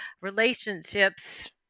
relationships